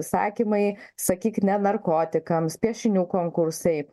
sakymai sakyk ne narkotikams piešinių konkursai